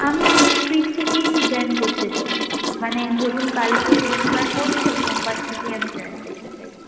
আমি next week থেকেই join করতে চাই মানে ধরুন কালকে রবিবার পড়ছে সোমবার থেকে আমি জয়েন করতে চাই